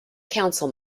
council